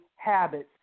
Habits